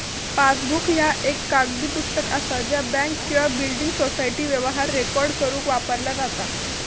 passbook ह्या एक कागदी पुस्तक असा ज्या बँक किंवा बिल्डिंग सोसायटी व्यवहार रेकॉर्ड करुक वापरला जाता